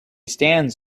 stands